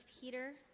Peter